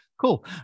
Cool